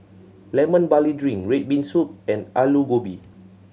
Lemon Barley Drink red bean soup and Aloo Gobi